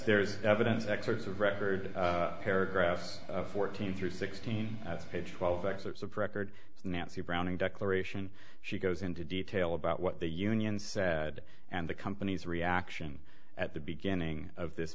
there's evidence excerpts of record paragraphs fourteen through sixteen page twelve excerpts of record nancy browning declaration she goes into detail about what the union sad and the company's reaction at the beginning of this